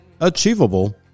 achievable